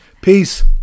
Peace